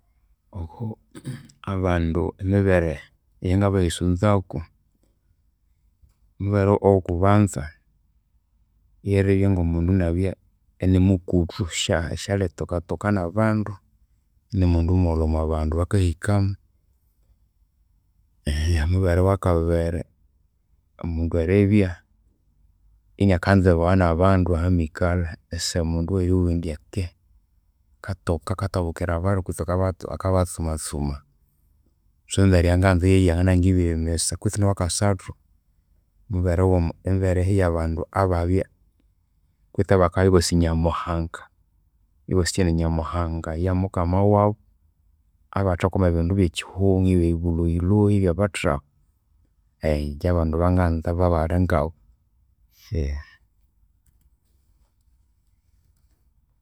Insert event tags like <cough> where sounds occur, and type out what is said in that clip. Obo <noise> abandu emibere eyangabayisunzaku, omubere oghokubanza lyeribya ngomundu inabya inimukuthu isyalitokatoka nabandu. Inimundu molho omwabandu abakahikamu. <hesitation> Omubere owakabiri, omundu eribya iniakanzibawa nabandu ahimikalha. Isimundu oweribugha indi akatoka akatabukira abandu kwitsi akabatsumatsuma. So, neryo eyanganza yeyu yanganabya ngibiri misa kwitsi nowakasathu, emibere omu- emibere eyabandu ababya kwitsi abakabya ibasi nyamuhanga, ibasikya indi nyamuhanga yamukama wabu abathakwama ebindu ebyakyihugho, ngebyobulhoyilhoyi ebyabathahya. <hesitation> Inje abandu abanganza babali ngabu. <hesitation>